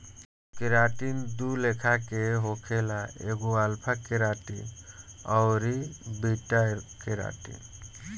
keratin दू लेखा के होखेला एगो अल्फ़ा केराटिन अउरी बीटा केराटिन